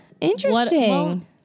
interesting